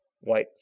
White